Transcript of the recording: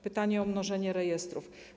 Pytanie o mnożenie rejestrów.